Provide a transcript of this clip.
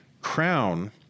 crown